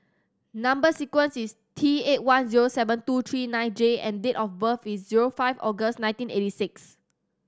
number sequence is T eight one zero seven two three nine J and date of birth is zero five August nineteen eighty six